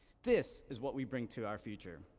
this is what we bring to our future.